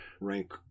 rank